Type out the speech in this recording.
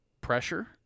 pressure